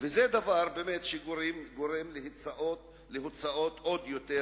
וזה גורם להוצאות רבות עוד יותר